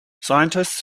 scientists